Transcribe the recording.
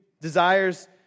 Desires